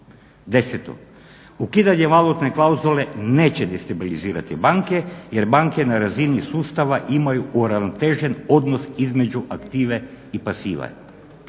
10.ukidanje valutne klauzule neće destabilizirati banke jer banke na razini sustava imaju uravnotežen odnos između aktive i pasive.